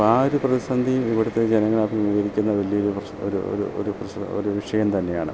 അപ്പം ആ ഒരു പ്രതിസന്ധി ഇവിടുത്തെ ജനങ്ങൾ അഭിമുഖികരിക്കുന്ന വലിയ ഒരു പ്രശ്നം ഒരു ഒരു ഒരു പ്രസ്തുത ഒരു വിഷയം തന്നെയാണ്